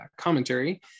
commentary